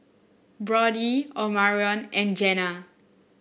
Brodie Omarion and Jena